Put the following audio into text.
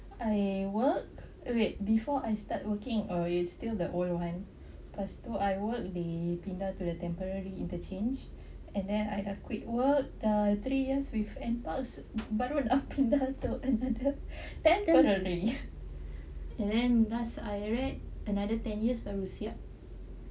I work oh wait before I start working or is still the old [one] pastu I work the pindah to the temporary interchange and then I dah quit work dah three years with nparks baru pindah to another temporary and then last I read another ten years baru siap